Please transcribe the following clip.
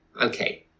okay